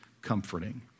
comforting